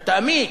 אתה אמיץ.